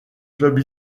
club